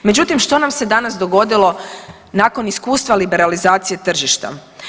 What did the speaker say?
Međutim, što nam se danas dogodilo nakon iskustva liberalizacije tržišta.